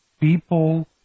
people